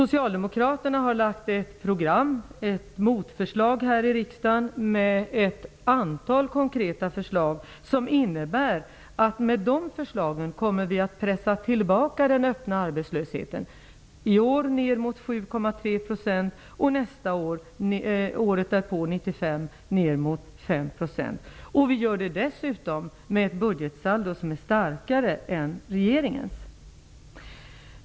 Socialdemokraterna har lagt fram ett program här i riksdagen med ett antal konkreta förslag, som innebär att vi kommer att pressa tillbaka den öppna arbetslösheten, i år ner mot 7,3 % och 1995 ner mot 5 %. Vi gör det dessutom med ett budgetsaldo som är starkare än regeringens.